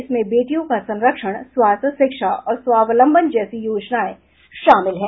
इसमें बेटियों का संरक्षण स्वास्थ्य शिक्षा और स्वालंबन जैसी योजनाएं शामिल हैं